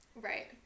Right